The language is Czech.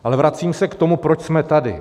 Ale vracím se k tomu, proč jsme tady.